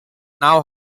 now